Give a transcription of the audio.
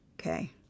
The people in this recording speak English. Okay